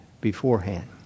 beforehand